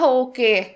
okay